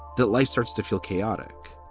that life starts to feel chaotic.